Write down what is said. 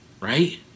right